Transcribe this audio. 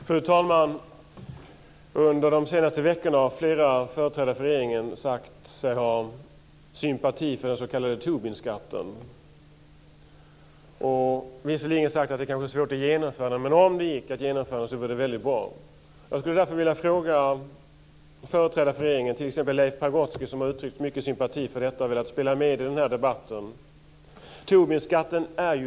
Fru talman! Under de senaste veckorna har flera företrädare för regeringen sagt sig ha sympati för den s.k. Tobinskatten. Man har visserligen sagt att det kanske är svårt att genomföra den, men också att det vore väldigt bra om det gick att genomföra den. Jag skulle därför vilja ställa en fråga till företrädare för regeringen, t.ex. Leif Pagrotsky, som har uttryckt mycket sympati för detta och velat spela med i denna debatt.